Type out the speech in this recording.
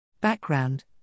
Background